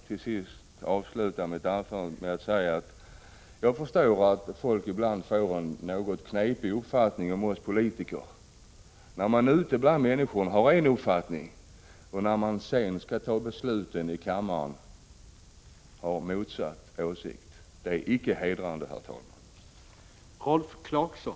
Jag vill avsluta mitt anförande med att säga att jag förstår att folk kan få en något underlig uppfattning om oss politiker, när vi ute bland människorna har en uppfattning och sedan vid besluten i kammaren har motsatt åsikt. Det är icke hedrande, herr talman!